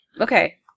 Okay